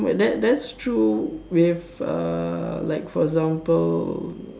but that's that's true with err like for example